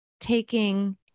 taking